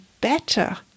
better